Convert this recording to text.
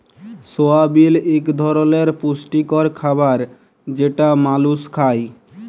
সয়াবিল এক ধরলের পুষ্টিকর খাবার যেটা মালুস খায়